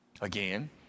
Again